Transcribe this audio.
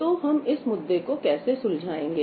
तो हम इस मुद्दे को कैसे सुलझाएंगे